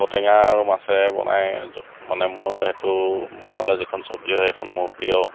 ঔটেঙা আৰু মাছেৰে বনাই মানে মোৰ সেইটো বনালে যিখন চব্জি হয় সেইখন মোৰ প্ৰিয়